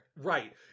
Right